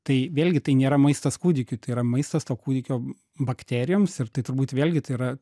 tai vėlgi tai nėra maistas kūdikiui tai yra maistas to kūdikio bakterijoms ir tai turbūt vėlgi tai yra